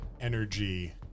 energy